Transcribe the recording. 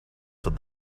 said